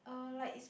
uh like